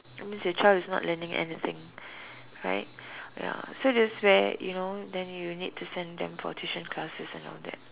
that means your child is not learning anything right ya so that's where you know then you need to send them for tuition classes and all that